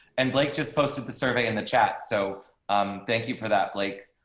and like just posted the survey in the chat. so um thank you for that blake,